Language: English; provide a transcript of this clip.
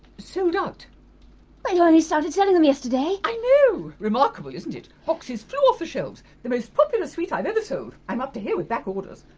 so but you only started selling them yesterday. i know! remarkable isn't it? boxes flew off the shelves the most popular sweet i've ever sold. i'm up to here with back orders.